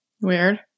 Weird